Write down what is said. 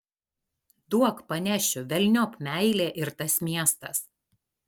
duok panešiu velniop meilė ir tas miestas